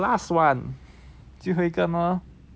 and the last [one] 最后一个呢